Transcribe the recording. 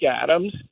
Adams